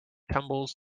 tumbles